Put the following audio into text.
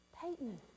Peyton